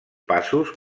passos